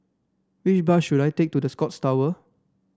which bus should I take to The Scotts Tower